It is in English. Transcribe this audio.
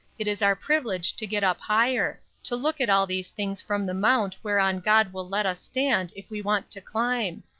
it is our privilege to get up higher to look at all these things from the mount whereon god will let us stand if we want to climb.